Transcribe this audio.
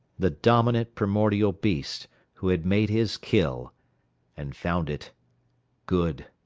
the dominant primordial beast who had made his kill and found it good.